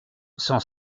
sans